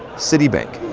citibank,